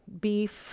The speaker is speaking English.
beef